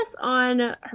on